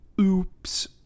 Oops